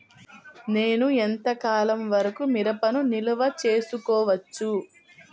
నేను ఎంత కాలం వరకు మిరపను నిల్వ చేసుకోవచ్చు?